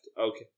Okay